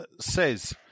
says